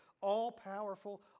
all-powerful